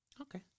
Okay